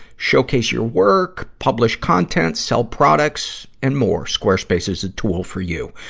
showcase your work, publish content, sell products, and more. squarespace is the tool for you.